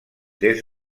des